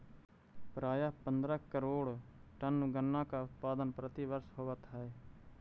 प्रायः पंद्रह करोड़ टन गन्ना का उत्पादन प्रतिवर्ष होवत है